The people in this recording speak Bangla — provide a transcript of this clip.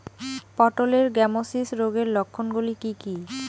পটলের গ্যামোসিস রোগের লক্ষণগুলি কী কী?